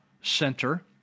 Center